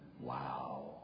Wow